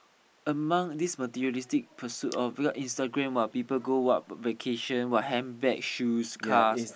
among this materialistic pursuit of what Instagram [what] people go what vacation what handbag shoes cars